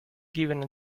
giving